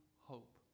hope